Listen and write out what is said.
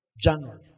January